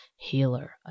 healer